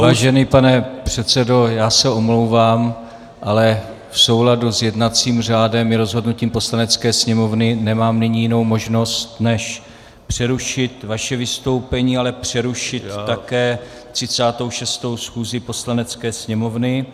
Vážený pane předsedo, já se omlouvám, ale v souladu s jednacím řádem i rozhodnutím Poslanecké sněmovny nemám nyní jinou možnost než přerušit vaše vystoupení, ale přerušit také 36. schůzi Poslanecké sněmovny.